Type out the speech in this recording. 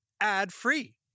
ad-free